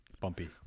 Bumpy